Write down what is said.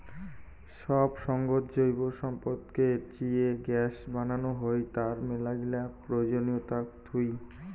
সব সঙ্গত জৈব সম্পদকে চিয়ে গ্যাস বানানো হই, তার মেলাগিলা প্রয়োজনীয়তা থুই